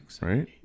right